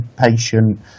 patient